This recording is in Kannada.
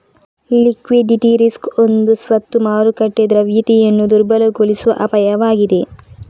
ಲಿಕ್ವಿಡಿಟಿ ರಿಸ್ಕ್ ಒಂದು ಸ್ವತ್ತು ಮಾರುಕಟ್ಟೆ ದ್ರವ್ಯತೆಯನ್ನು ದುರ್ಬಲಗೊಳಿಸುವ ಅಪಾಯವಾಗಿದೆ